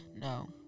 No